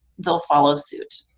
they'll follow suit.